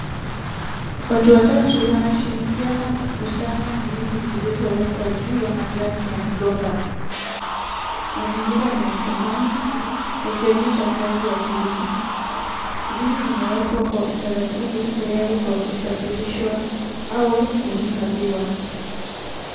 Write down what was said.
Watu watatu wanashirikiana kukusanya ndizi zilizowekwa juu ya majani ya migomba. Mazingira ni ya shambani yakionyesha kazi ya kilimo. Ndizi zimewekwa kwa utaratibu tayari kwa kusafirishwa au kuhifadhiwa.